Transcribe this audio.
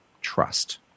trust